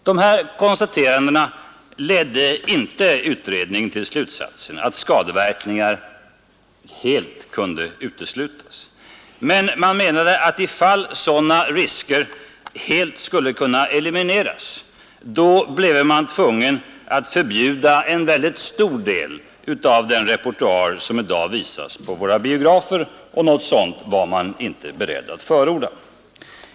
De här konstaterandena ledde inte utredningen till slutsatsen att skadliga verkningar helt kunde uteslutas. Men ifall sådana risker helt skulle kunna elimineras, blev man tvungen att förbjuda en stor del av den repertoar som i dag visas på våra biografer, och något sådant var man inte beredd att förorda.